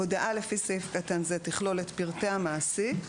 (2) הודעה לפי סעיף קטן זה תכלול את פרטי המעסיק,